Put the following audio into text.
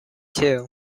too